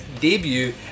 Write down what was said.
Debut